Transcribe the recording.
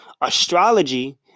Astrology